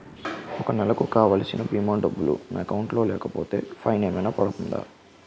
ఒక నెలకు కావాల్సిన భీమా డబ్బులు నా అకౌంట్ లో లేకపోతే ఏమైనా ఫైన్ పడుతుందా?